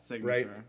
right